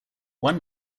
one